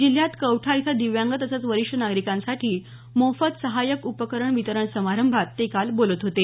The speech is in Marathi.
जिल्ह्यात कौठा इथं दिव्यांग तसंच वरिष्ठ नागरिकांसाठी मोफत सहाय्यक उपकरण वितरण समारंभात ते काल बोलत होते